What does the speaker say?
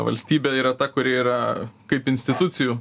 valstybė yra ta kuri yra kaip institucijų